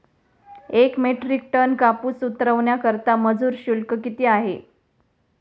एक metric ton कापूस उतरवण्याकरता मजूर शुल्क किती आहे?